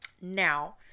Now